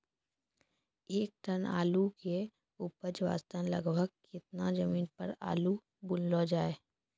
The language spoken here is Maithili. एक टन आलू के उपज वास्ते लगभग केतना जमीन पर आलू बुनलो जाय?